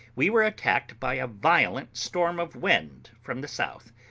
we were attacked by a violent storm of wind from the south,